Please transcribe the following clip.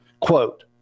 Quote